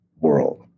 world